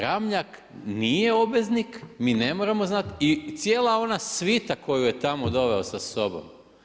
Ramljak nije obveznik, mi ne moramo znati i cijela ona svita koju je tamo doveo sa sobom.